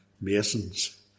masons